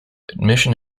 admission